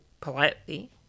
politely